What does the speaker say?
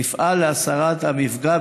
נפעל להסרת המפגע,